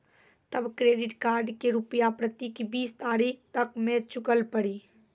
तब credit card के रूपिया प्रतीक बीस तारीख तक मे चुकल पड़ी?